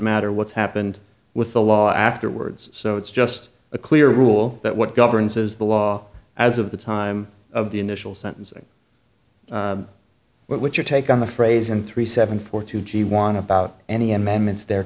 matter what's happened with the law afterwards so it's just a clear rule that what governs is the law as of the time of the initial sentencing what your take on the phrase and three seven four two g juan about any amendments there